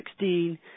2016